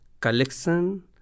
collection